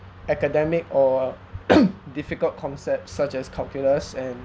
academic or difficult concepts such as calculus and